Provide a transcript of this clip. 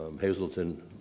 Hazleton